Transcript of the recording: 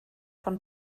von